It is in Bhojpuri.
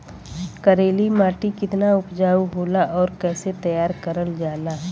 करेली माटी कितना उपजाऊ होला और कैसे तैयार करल जाला?